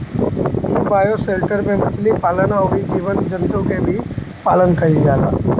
इ बायोशेल्टर में मछली पालन अउरी जीव जंतु के भी पालन कईल जाला